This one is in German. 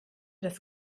das